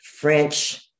French